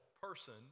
person